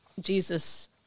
jesus